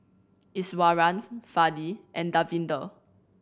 Iswaran Fali and Davinder